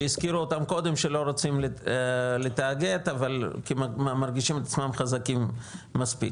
שהזכירו אותם קודם שלא רוצים לתאגד אבל מרגישים את עצמם חזקים מספיק.